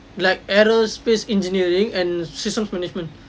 like aerospace engineering and systems management